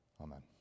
Amen